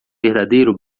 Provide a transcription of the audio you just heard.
verdadeiro